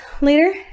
later